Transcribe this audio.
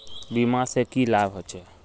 बीमा से की लाभ होचे?